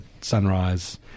Sunrise